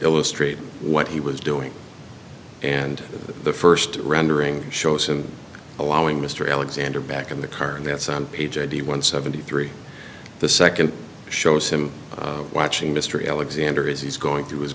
illustrate what he was doing and the first rendering shows him allowing mr alexander back in the car and that's on page eighty one seventy three the second shows him watching mr alexander is he's going through his